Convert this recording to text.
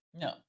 No